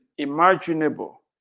imaginable